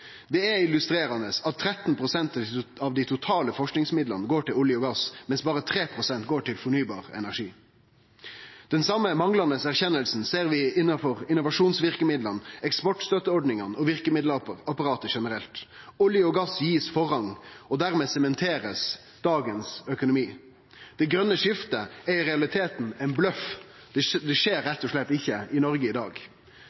Det er illustrerande at 13 pst. av dei totale forskingsmidlane går til olje og gass, medan berre 3 pst. går til fornybar energi. Den same manglande erkjenninga ser vi innanfor innovasjonsverkemidla, eksportstøtteordningane og verkemiddelapparatet generelt. Olje og gass får forrang, og dermed blir dagens økonomi sementert. Det grøne skiftet er i realiteten ein bløff – det skjer